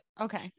Okay